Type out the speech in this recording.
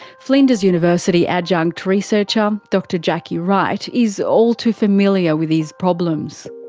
flinders university adjunct researcher um dr jackie wright is all too familiar with these problems.